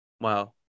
Wow